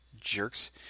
jerks